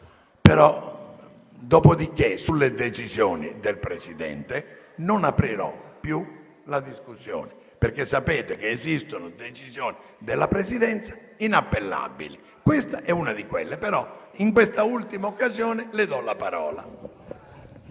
parola; dopodiché, sulle decisioni del Presidente non aprirò più la discussione, perché sapete che esistono decisioni della Presidenza inappellabili e questa è una di quelle. In questa ultima occasione, però, le do la parola.